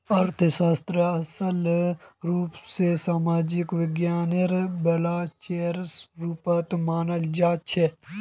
अर्थशास्त्रक असल रूप स सामाजिक विज्ञानेर ब्रांचेर रुपत मनाल जाछेक